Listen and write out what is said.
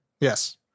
Yes